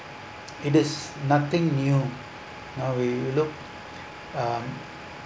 it is nothing new you know we we look um